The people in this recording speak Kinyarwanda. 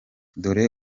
dore